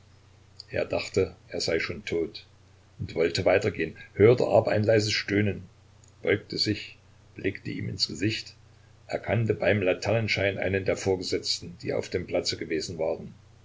er dachte er sei schon tot und wollte weitergehen hörte aber ein leises stöhnen beugte sich blickte ihm ins gesicht erkannte beim laternenschein einen der vorgesetzten die auf dem platze gewesen waren